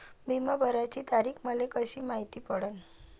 बिमा भराची तारीख मले कशी मायती पडन?